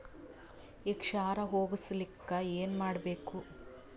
ಈ ಕ್ಷಾರ ಹೋಗಸಲಿಕ್ಕ ಏನ ಮಾಡಬೇಕು?